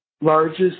largest